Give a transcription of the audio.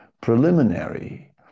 preliminary